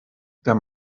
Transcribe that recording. der